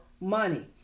money